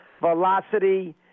velocity